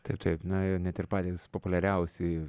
taip taip na i net ir patys populiariausi